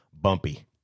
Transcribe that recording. Bumpy